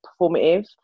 performative